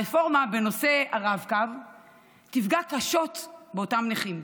הרפורמה בנושא הרב-קו תפגע קשות באותם נכים.